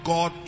God